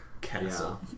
castle